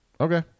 Okay